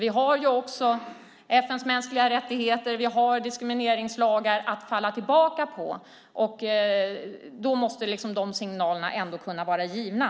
Vi har ju också FN:s mänskliga rättigheter och diskrimineringslagar att falla tillbaka på. De signalerna måste ändå kunna vara givna.